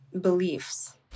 beliefs